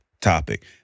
topic